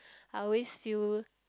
I always feel